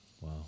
Wow